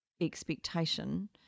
expectation